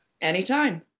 Anytime